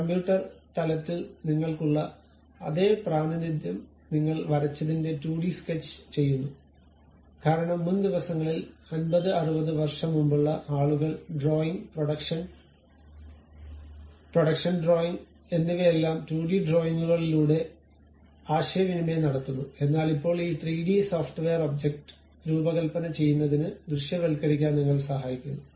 computer തലത്തിൽ നിങ്ങൾക്കുള്ള അതേ പ്രാതിനിധ്യം നിങ്ങൾ വരച്ചതിന്റെ 2 ഡി സ്കെച്ച് ചെയ്യുന്നു കാരണം മുൻ ദിവസങ്ങളിൽ 50 60 വർഷം മുമ്പുള്ള ആളുകൾ ഡ്രോയിംഗ് പ്രൊഡക്ഷൻ ഡ്രോയിംഗ് എന്നിവയെല്ലാം 2 ഡി ഡ്രോയിംഗുകളിലൂടെ ആശയവിനിമയം നടത്തുന്നു എന്നാൽ ഇപ്പോൾ ഈ 3 ഡി സോഫ്റ്റ്വെയർ ഒബ്ജക്റ്റ് രൂപകൽപ്പന ചെയ്യുന്നതിന് ദൃശ്യവൽക്കരിക്കാൻ നിങ്ങൾ സഹായിക്കുക